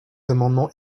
amendements